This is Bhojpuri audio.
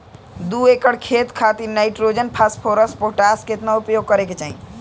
दू एकड़ खेत खातिर नाइट्रोजन फास्फोरस पोटाश केतना उपयोग करे के चाहीं?